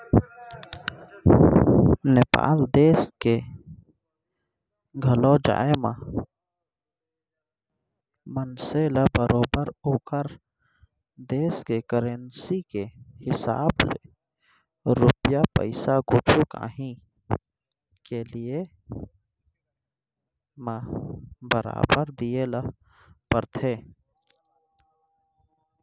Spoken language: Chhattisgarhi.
नेपाल देस के घलौ जाए म मनसे ल बरोबर ओकर देस के करेंसी के हिसाब ले रूपिया पइसा कुछु कॉंही के लिये म बरोबर दिये ल परथे